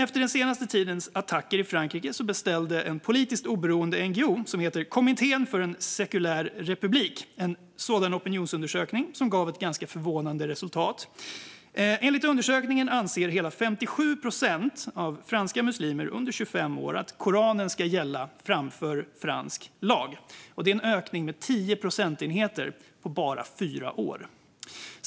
Efter den senaste tidens attacker i Frankrike beställde en politiskt oberoende NGO som heter Kommittén för en sekulär republik en sådan opinionsundersökning, som gav ett ganska förvånande resultat. Enligt undersökningen anser hela 57 procent av franska muslimer under 25 år att Koranen ska gälla framför fransk lag. Det är en ökning med 10 procentenheter på bara fyra år.